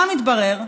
מה מתברר?